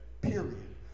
Period